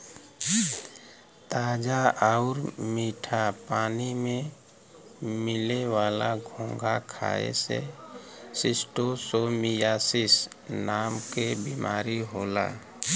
ताजा आउर मीठा पानी में मिले वाला घोंघा खाए से शिस्टोसोमियासिस नाम के बीमारी होला